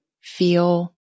feel